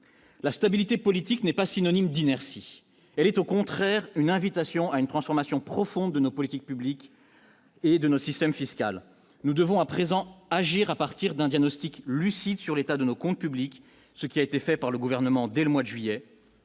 la stabilité politique n'est pas synonyme d'inertie, elle est au contraire une invitation à une transformation profonde de nos politiques publiques et de notre système fiscal, nous devons à présent agir à partir d'un diagnostic lucide sur l'état de nos comptes publics, ce qui a été fait par le gouvernement dès le mois de juillet